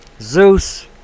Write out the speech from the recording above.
Zeus